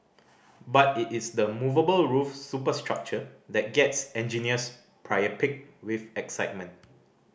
but it is the movable roof superstructure that gets engineers priapic with excitement